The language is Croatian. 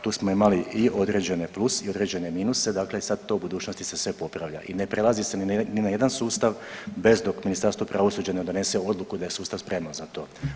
Tu smo imali i određene plus i određene minuse i dakle i sad to u budućnosti se sve popravlja i ne prelazi se ni na jedan sustav bez dok Ministarstvo pravosuđa ne donese odluku da je sustav spreman za to.